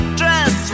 dress